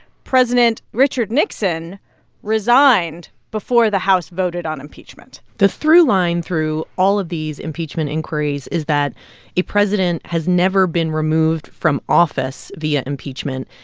president richard nixon resigned before the house voted on impeachment the through line through all of these impeachment inquiries is that a president has never been removed from office via impeachment.